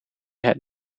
had